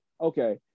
Okay